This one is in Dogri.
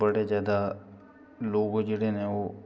बडे जाय्दा लोग ओह् जेहडे़ ना ओह्